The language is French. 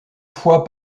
fois